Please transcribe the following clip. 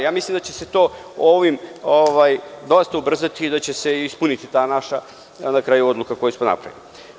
Ja mislim da će se to ovim dodatno ubrzati i da će se ispuniti ta naša odluka koju smo napravili.